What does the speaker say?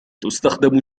تستخدم